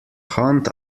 hunt